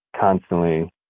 constantly